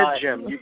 Jim